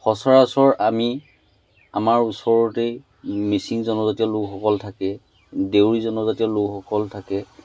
সচৰাচৰ আমি আমাৰ ওচৰতেই মিচিং জনজাতীয় লোকসকল থাকে দেউৰী জনজাতীয় লোকসকল থাকে